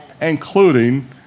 including